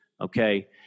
okay